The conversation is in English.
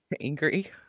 angry